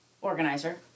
organizer